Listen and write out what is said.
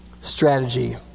strategy